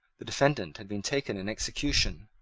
the defendant had been taken in execution,